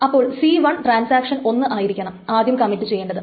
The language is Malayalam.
അപ്പോൾ c1 ട്രാൻസാക്ഷൻ 1 ആയിരിക്കണം ആദ്യം കമ്മിറ്റ് ചെയ്യേണ്ടത്